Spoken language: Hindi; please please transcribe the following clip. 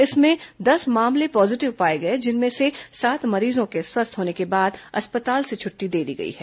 इसमें दस मामले पॉजीटिव पाए गए हैं जिनमें से सात मरीजों को स्वस्थ होने के बाद अस्पताल से छुट्टी दे दी गई है